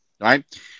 Right